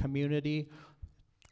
community